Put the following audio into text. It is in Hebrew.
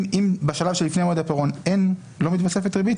אם בשלב שלפני מועד הפירעון לא מתווספת ריבית,